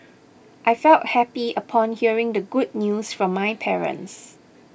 I felt happy upon hearing the good news from my parents